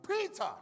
peter